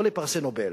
לא לפרסי נובל.